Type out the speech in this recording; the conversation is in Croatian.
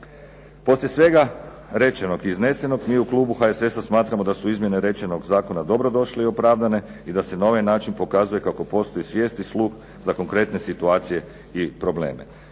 Poslije svega rečenog i iznesenog mi u klubu HSS-a smatramo da su izmjene rečenog zakona dobro došle i opravdane i da se na ovaj način pokazuje kako postoji svijest i sluh za konkretne situacije i probleme.